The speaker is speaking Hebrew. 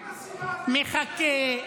מחכה,